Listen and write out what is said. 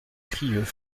crieu